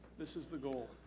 this is the goal.